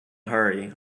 hurry